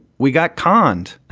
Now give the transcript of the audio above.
we got conned.